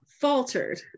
faltered